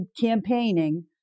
campaigning